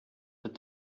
but